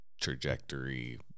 trajectory